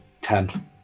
Ten